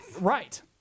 Right